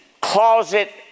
closet